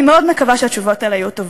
אני מאוד מקווה שהתשובות האלה יהיו טובות.